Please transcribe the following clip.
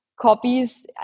copies